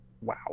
Wow